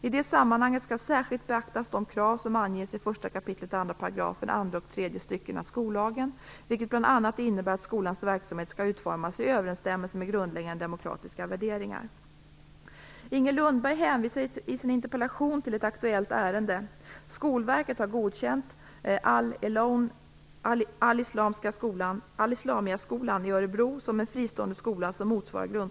I det sammanhanget skall särskilt beaktas de krav som anges i 1 kap. 2 § andra och tredje styckena skollagen, vilket bl.a. innebär att skolans verksamhet skall utformas i överensstämmelse med grundläggande demokratiska värderingar. Inger Lundberg hänvisar i sin interpellation till ett aktuellt ärende.